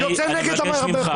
הוא יוצא נגד --- אני מבקש ממך,